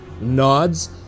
nods